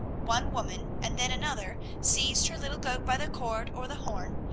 one woman and then another seized her little goat by the cord or the horn,